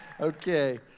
Okay